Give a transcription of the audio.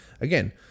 again